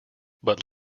but